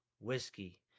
whiskey